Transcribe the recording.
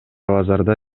базарда